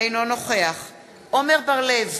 אינו נוכח עמר בר-לב,